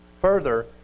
Further